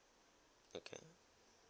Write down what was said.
okay